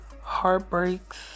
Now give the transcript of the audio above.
heartbreaks